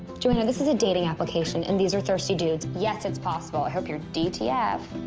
joanna, this is a dating application, and these are thirsty dudes. yes, it's possible. i hope you're dtf.